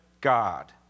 God